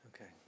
Okay